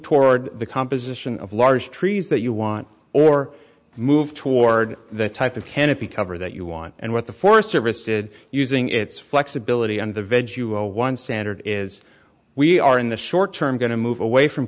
toward the composition of large trees that you want or move toward the type of canopy cover that you want and what the forest service did using its flexibility and the vege you will one standard is we are in the short term going to move away from